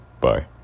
Bye